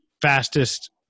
fastest